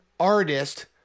artist